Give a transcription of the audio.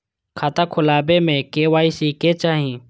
खाता खोला बे में के.वाई.सी के चाहि?